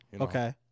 Okay